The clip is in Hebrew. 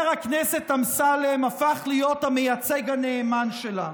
הכנסת אמסלם הפך להיות המייצג הנאמן שלה.